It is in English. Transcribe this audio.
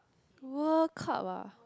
World Cup ah